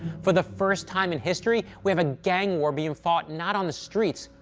for the first time in history, we have a gang war being fought, not on the streets,